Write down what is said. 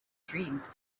dreams